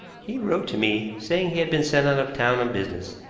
he wrote to me, saying he had been sent out of town on business.